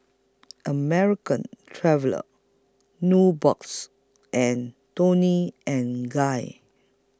American Traveller Nubox and Toni and Guy